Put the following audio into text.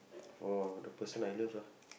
for the person I love lah